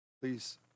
Please